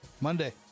Monday